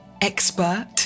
expert